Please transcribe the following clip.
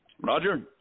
Roger